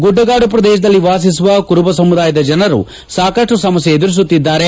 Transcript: ಗುಡ್ಡಗಾಡು ಪ್ರದೇಶದಲ್ಲಿ ವಾಸಿಸುವ ಕುರುಬ ಸಮುದಾಯದ ಜನ ಸಾಕಷ್ಟು ಸಮಸ್ತೆ ಎದುರಿಸುತ್ತಿದ್ದಾರೆ